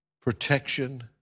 protection